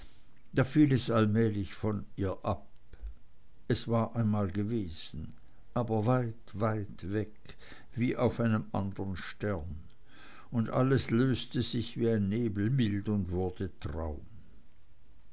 da fiel es allmählich von ihr ab es war einmal gewesen aber weit weit weg wie auf einem andern stern und alles löste sich wie ein nebelbild und wurde traum